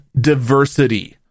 diversity